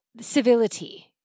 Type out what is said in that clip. civility